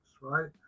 right